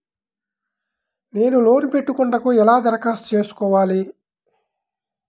నేను లోన్ పెట్టుకొనుటకు ఎలా దరఖాస్తు చేసుకోవాలి?